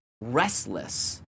restless